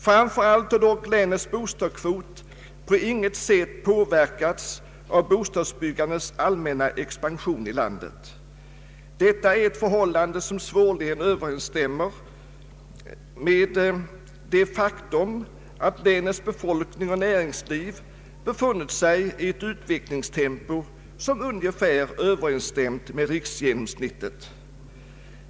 Framför allt har dock länets bostadskvot på intet sätt påverkats av bostadsbyggandets allmänna expansion i landet. Detta är ett förhållande som svårligen överensstämmer med det faktum att länets befolkning och näringsliv befunnit sig i ett utvecklingstempo som ungefär överensstämt med riksgenomsnittet.